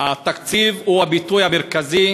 התקציב הוא הביטוי המרכזי